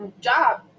job